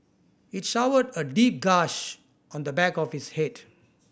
it showed a deep gash on the back of his head